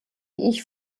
ich